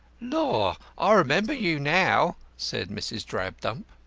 lor! i remember you now, said mrs. drabdump.